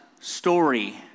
story